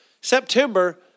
September